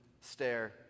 stare